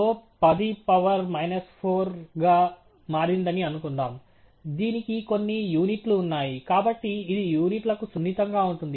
slope 10 power minus 4 గా మారిందని అనుకుందాం దీనికి కొన్ని యూనిట్లు ఉన్నాయి కాబట్టి ఇది యూనిట్లకు సున్నితంగా ఉంటుంది